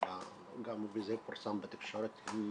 וזה פורסם בתקשורת הם